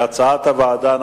כן.